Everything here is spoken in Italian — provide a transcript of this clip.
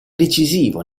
decisivo